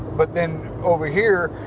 but then over here,